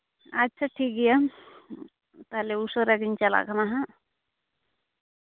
ᱟᱪᱪᱷᱟ ᱴᱷᱤᱠ ᱜᱮᱭᱟ ᱛᱟᱦᱞᱮ ᱩᱥᱟᱹᱨᱟ ᱜᱤᱧ ᱪᱟᱞᱟᱜ ᱠᱟᱱᱟ ᱦᱟᱸᱜ